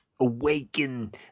Awaken